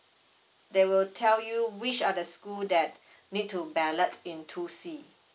they will tell you which are the school that need to ballot in two C